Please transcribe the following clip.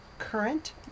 Current